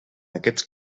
aquests